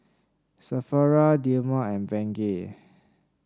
sephora Dilmah and Bengay